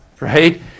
right